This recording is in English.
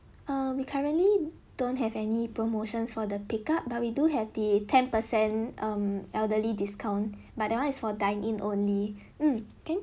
err we currently don't have any promotions for the pick up but we do have the ten per cent um elderly discount but that one is for dine in only